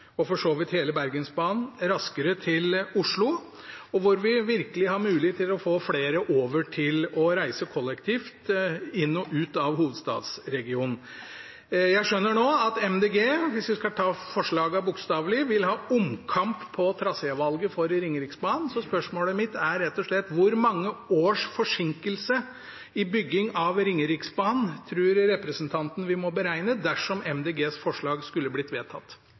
og for så vidt hele Bergensbanen raskere til Oslo, og hvor vi virkelig har mulighet til å få flere til å reise kollektivt inn og ut av hovedstadsregionen. Jeg skjønner nå at Miljøpartiet De Grønne, hvis vi skal ta forslagene bokstavelig, vil ha omkamp om trasévalget for Ringeriksbanen. Spørsmålet mitt er rett og slett: Hvor mange års forsinkelse i bygging av Ringeriksbanen tror representanten vi må beregne dersom Miljøpartiet De Grønnes forslag skulle blitt vedtatt?